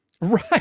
Right